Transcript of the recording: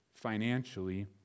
financially